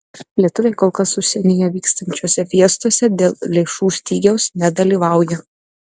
lietuviai kol kas užsienyje vykstančiose fiestose dėl lėšų stygiaus nedalyvauja